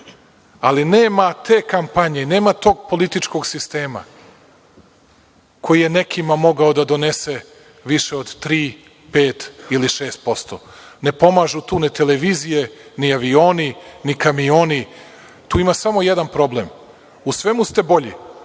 Ali, nema te kampanje, nema tog političkog sistema koji je nekima mogao da donese više od tri, pet ili šest posto. Ne pomažu tu ni televizije, ni avioni ni kamioni, tu ima samo jedan problem, u svemu ste bolji,